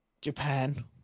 Japan